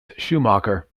schumacher